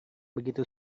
begitu